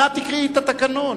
תקראי נא את התקנון.